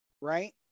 right